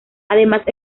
además